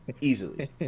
easily